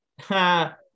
Ha